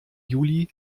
juli